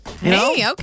Hey